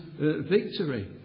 victory